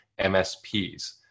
MSPs